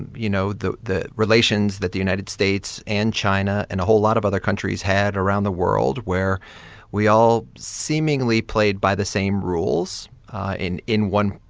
you know, the the relations that the united states and china and a whole lot of other countries had around around the world where we all seemingly played by the same rules in in one,